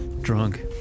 Drunk